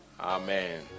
Amen